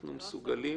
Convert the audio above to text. אנחנו מסוגלים